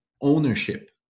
ownership